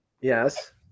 yes